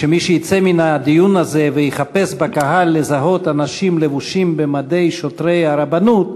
מי שיצא מן הדיון הזה ויחפש בקהל אנשים לבושים במדי שוטרי הרבנות,